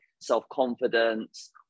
self-confidence